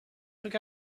took